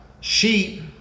sheep